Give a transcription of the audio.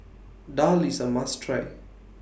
Daal IS A must Try